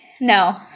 No